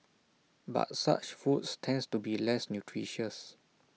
but such foods tends to be less nutritious